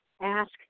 ask